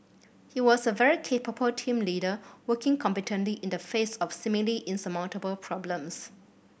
he was a very capable team leader working competently in the face of seemingly insurmountable problems